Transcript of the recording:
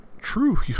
true